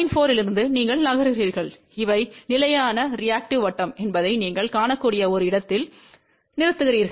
4 இலிருந்து நீங்கள் நகர்கிறீர்கள் இவை நிலையான ரியாக்டிவ் வட்டம் என்பதை நீங்கள் காணக்கூடிய ஒரு இடத்தில் நிறுத்துகிறீர்கள்